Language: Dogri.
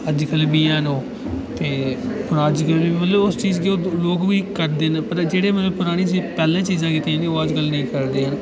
अजकल बी हैन ओह् ते पर अजकल लोक उस चीज गी ओह् लोक बी करदे न ते जेह्ड़े मतलब पराने पैह्लें चीजां नेईं कीती दियां हियां ओह् अजकल नेईं करदे